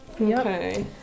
Okay